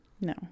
No